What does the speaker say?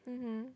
mmhmm